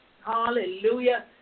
Hallelujah